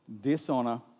dishonor